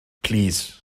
plîs